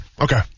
Okay